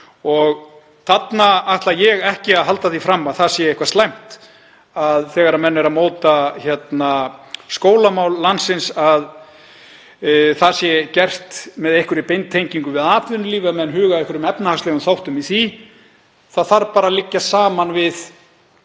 Þarna ætla ég ekki að halda því fram að það sé eitthvað slæmt þegar menn eru að móta skólamál landsins að það sé gert með beintengingu við atvinnulíf, ef menn huga að einhverjum efnahagslegum þáttum í því. Það þarf bara að liggja saman við